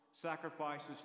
Sacrifices